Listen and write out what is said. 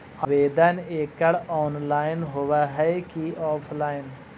आवेदन एकड़ ऑनलाइन होव हइ की ऑफलाइन?